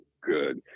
good